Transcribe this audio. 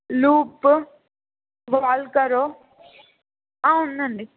loop వాల్కరో ఉందండి